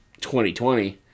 2020